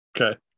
Okay